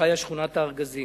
וחיה שכונת הארגזים.